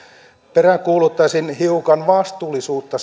peräänkuuluttaisin hiukan vastuullisuutta